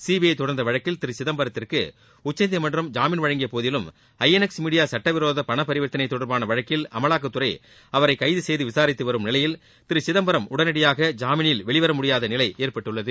CBI தொடர்ந்த வழக்கில் திரு சிதம்பரத்திற்கு உச்சநீதிமன்றம் ஜாமீன் வழங்கியபோதிலும் ஐ என் எக்ஸ் மீடியா சட்டவிரோத பண பரிவர்த்தனை தொடர்பான வழக்கில் அமவாக்கத்துறை அவரை கைது செய்து விசாரித்து வரும் நிலையில் திரு சிதம்பரம் உடனடியாக ஜாமீனில் வெளிவர முடியாத நிலை ஏற்பட்டுள்ளது